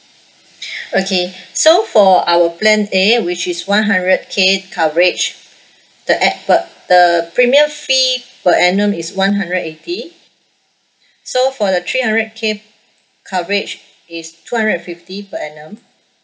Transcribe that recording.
okay so for our plan A which is one hundred K coverage the ec~ pe~ the premium fee per annum is one hundred eighty so for the three hundred K coverage is two hundred and fifty per annum